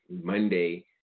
Monday